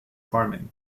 farming